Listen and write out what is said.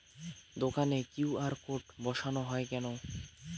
দোকানে QR code বসানো হয় কেন?